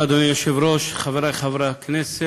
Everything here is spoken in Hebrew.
אדוני היושב-ראש, תודה רבה, חברי חברי הכנסת,